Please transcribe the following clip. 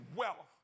wealth